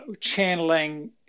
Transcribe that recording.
channeling